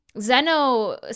Zeno